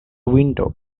window